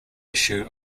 issue